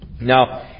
now